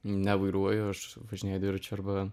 nevairuoju aš važinėja dviračiu arba